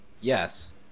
yes